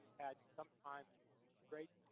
had sometimes great